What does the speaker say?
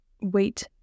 wait